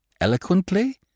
eloquently